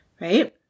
Right